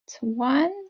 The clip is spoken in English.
one